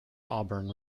auburn